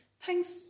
thanks